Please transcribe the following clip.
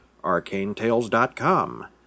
arcanetales.com